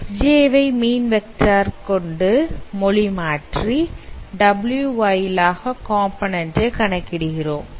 Xj வை mean vector கொண்டு மொழி மாற்றி W வாயிலாக காம்போநன்ண்ட் ஐ கணக்கிடுகிறோம்